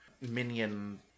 minion